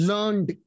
Learned